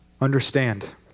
understand